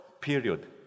period